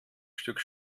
stück